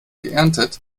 geerntet